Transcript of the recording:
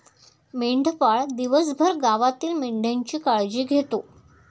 मेंढपाळ दिवसभर गावातील मेंढ्यांची काळजी घेतो